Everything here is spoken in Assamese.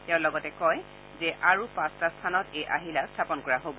তেওঁ লগতে কয় যে আৰু পাঁচটা স্থানত এই আহিলা স্থাপন কৰা হ'ব